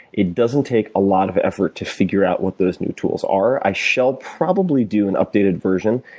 it doesn't take a lot of effort to figure out what those new tools are. i shall probably do an updated version,